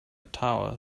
tower